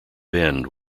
bend